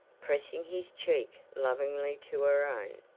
pressing his cheek lovingly to her own,